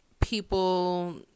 people